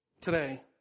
today